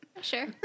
Sure